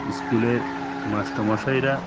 স্কুলের মাস্টারমশাইরা